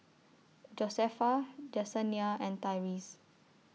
Josefa Jessenia and Tyrese